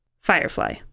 Firefly